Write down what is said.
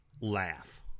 laugh